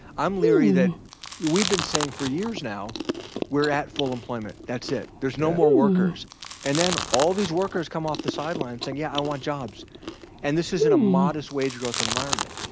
i'm leery that we've been saying for years now we're at full employment. that's it. there's no more workers and then all these workers come off the sidelines saying yeah i want jobs and this is in a modest wage growth environment.